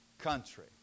country